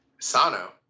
Sano